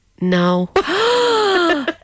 No